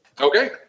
okay